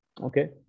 Okay